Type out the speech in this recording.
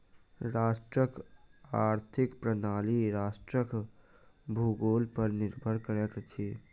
राष्ट्रक आर्थिक प्रणाली राष्ट्रक भूगोल पर निर्भर करैत अछि